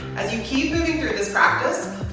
as you keep moving through this practice,